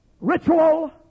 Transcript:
ritual